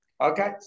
Okay